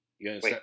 wait